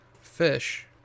Fish